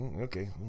okay